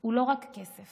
הוא לא רק כסף.